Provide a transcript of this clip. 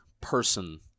person